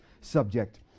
subject